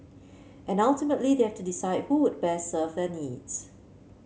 and ultimately they have to decide who would best serve their needs